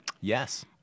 Yes